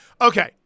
Okay